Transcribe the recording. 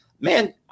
man